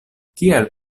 kial